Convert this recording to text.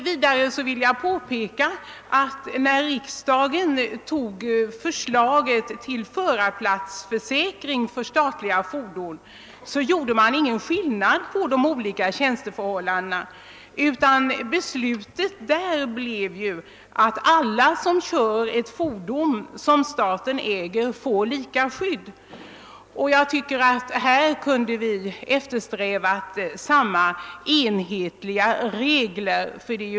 Vidare vill jag påpeka att man, när riksdagen antog förslaget till förarplatsförsäkring för statliga fordon inte gjorde någon skillnad mellan olika tjänsteförhållanden, utan beslutet innebär att alla som kör ett fordon som staten äger har lika skydd. Jag tycker att vi också här kunde eftersträva enhetliga regler.